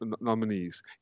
nominees